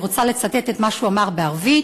אני רוצה לצטט את מה שהוא אמר בערבית,